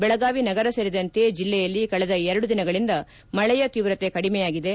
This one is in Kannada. ಬೆಳಗಾವಿ ನಗರ ಸೇರಿದಂತೆ ಜಿಲ್ಲೆಯಲ್ಲಿ ಕಳೆದ ಎರಡು ದಿನಗಳಿಂದ ಮಳೆಯ ತೀವ್ರತೆ ಕಡಿಮೆಯಾಗಿದೆ